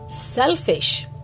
selfish